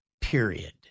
period